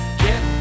get